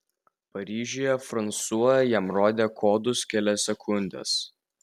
paryžiuje fransua jam rodė kodus kelias sekundes